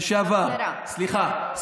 לשעבר, סליחה.